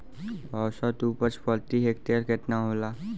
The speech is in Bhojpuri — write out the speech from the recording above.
औसत उपज प्रति हेक्टेयर केतना होला?